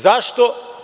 Zašto?